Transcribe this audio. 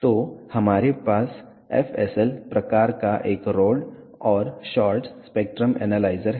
तो हमारे पास FSL प्रकार का एक रोड और शॉर्ट्स स्पेक्ट्रम एनालाइजर है